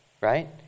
right